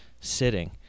sitting